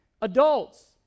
adults